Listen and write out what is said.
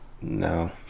no